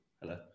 hello